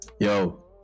Yo